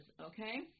okay